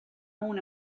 own